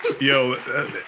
Yo